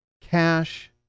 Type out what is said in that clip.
cash